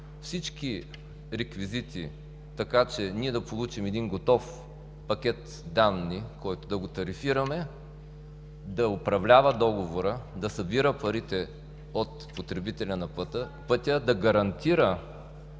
всички реквизити, така че ние да получим един готов пакет данни, който да тарифираме; да управлява договора; да събира парите от потребителя на пътя; да гарантира